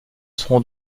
seront